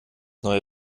neue